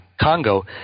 Congo